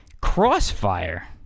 crossfire